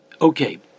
Okay